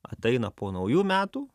ateina po naujų metų